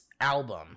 album